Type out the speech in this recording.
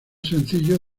sencillo